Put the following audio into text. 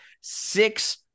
six